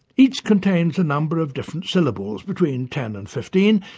each contains a number of different syllables between ten and fifteen,